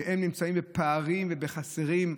שנמצאים בפערים ובחוסרים?